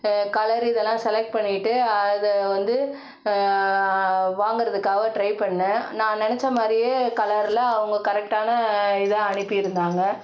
colour இதெல்லாம் select பண்ணிவிட்டு அதை வந்து வாங்கிறதுக்காக ட்ரை பண்ணிணேன் நான் நினச்ச மாதிரியே கலரில் அவங்க கரெக்டான இதாக அனுப்பியிருந்தாங்க